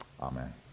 amen